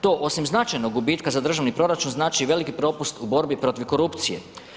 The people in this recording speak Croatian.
To osim značajnog gubitka za državni proračun znači velik propust u borbi protiv korupcije.